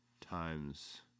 times